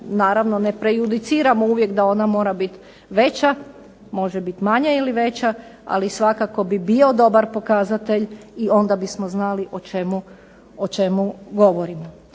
Naravno ne prejudiciramo uvijek da ona mora biti veća, može biti manja ili veća, ali svakako bi bio dobar pokazatelj i onda bismo znali o čemu govorimo.